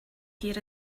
here